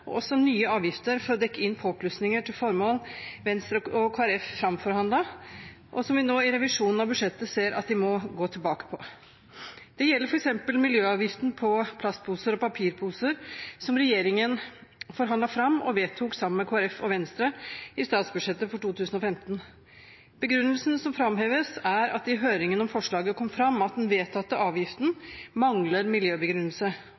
også nye avgifter for å dekke inn påplussinger til formål som Venstre og Kristelig Folkeparti framforhandlet, og som vi nå i revisjonen av budsjettet ser at de må gå tilbake på. Dette gjelder f.eks. miljøavgiften på plastposer og papirposer som regjeringen forhandlet fram og vedtok sammen med Kristelig Folkeparti og Venstre i statsbudsjettet for 2015. Begrunnelsen som framheves, er at i høringen om forslaget kom det fram at den vedtatte avgiften mangler miljøbegrunnelse.